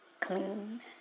clean